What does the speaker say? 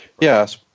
Yes